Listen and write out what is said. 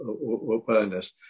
awareness